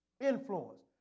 Influence